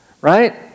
right